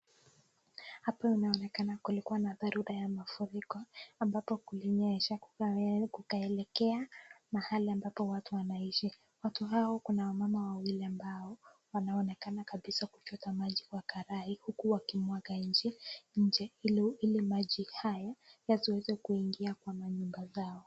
Hapa inaonekana kulikuwa na dharura ya mafuriko ambapo kulinyesha kukaelejea ambako watu wanaishi, watu hao kuna wamama wawili ambao wanaonekana kuchota maji kabisa kwa karai huku wakimwaga nje, ili mahi hayo yasiweze kuingia kwa manyumba zao.